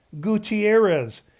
Gutierrez